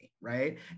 Right